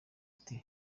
ati